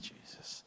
Jesus